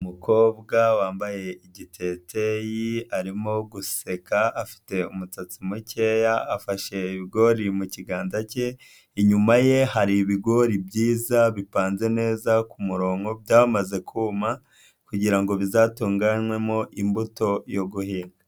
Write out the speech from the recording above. Umukobwa wambaye igiteteyi, arimo guseka, afite umusatsi mukeya, afashe ibigori mukiganza cye, inyuma ye hari ibigori byiza, bipanze neza ku murongo byamaze kuma kugira ngo bizatunganywemo imbuto yo guhinga.